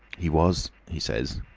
he was, he says,